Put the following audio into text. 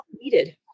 needed